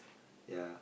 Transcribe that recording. ya